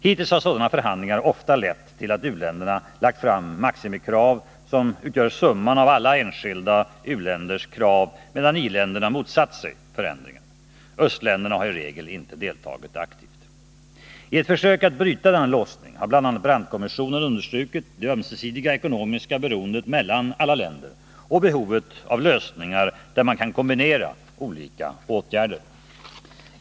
Hittills har sådana förhandlingar ofta lett till att u-länderna lagt fram maximikrav, som utgör summan av alla enskilda u-länders krav, medan i-länderna motsatt sig förändringar. Östländerna har i regel inte deltagit aktivt. I ett försök att bryta denna låsning har bl.a. Brandt-kommissionen understrukit det ömsesidiga ekonomiska beroendet mellan alla länder och behovet av lösningar, där man kan kombinera olika åtgärder.